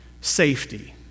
safety